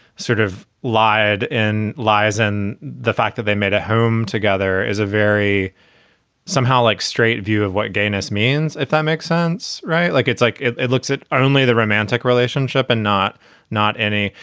sort of lied and lies. and the fact that they made a home together is a very somehow like straight view of what gayness means, if that makes sense. right. like, it's like it it looks at only the romantic relationship and not not any,